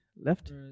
left